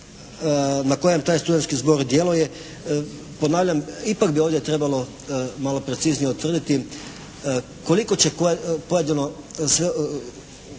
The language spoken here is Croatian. na kojem taj studentski zbor djeluje. Ponavljam, ipak bi ovdje trebalo malo preciznije utvrditi koliko će koje,